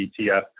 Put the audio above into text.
ETF